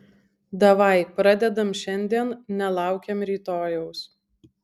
davai pradedam šiandien nelaukiam rytojaus